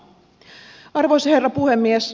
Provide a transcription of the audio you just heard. arvoisa herra puhemies